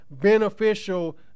beneficial